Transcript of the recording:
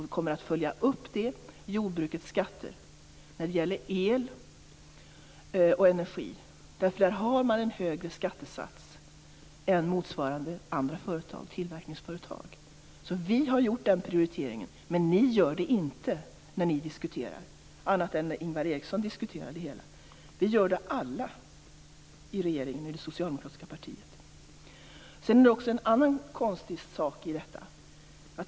Vi kommer att följa upp jordbrukets skatter när det gäller el och energi. Där har man en högre skattesats än motsvarande tillverkningsföretag. Vi har gjort den prioriteringen, men när ni diskuterar är det bara Ingvar Eriksson som gör den. Alla i regeringen och i det socialdemokratiska partiet gör den prioriteringen. Sedan finns det också en annan konstig sak i detta.